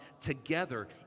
together